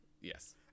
Yes